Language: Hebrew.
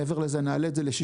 מעבר לזה נעלה את זה ל-60?